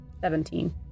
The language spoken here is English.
Seventeen